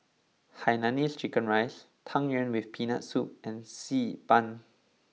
Hainanese Chicken Rice Tang Yuen with Peanut Soup and Xi Ban